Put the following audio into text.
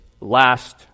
last